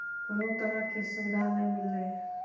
कुनू तरहके सुविधा नहि मिललइ है